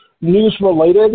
news-related